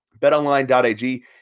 BetOnline.ag